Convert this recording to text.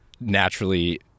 naturally